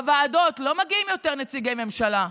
לוועדות לא מגיעים יותר נציגי ממשלה,